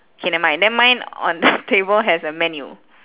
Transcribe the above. K never mind then mine on the table has a menu